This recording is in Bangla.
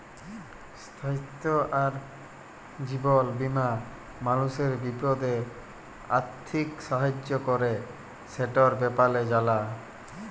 স্বাইস্থ্য আর জীবল বীমা মালুসের বিপদে আথ্থিক সাহায্য ক্যরে, সেটর ব্যাপারে জালা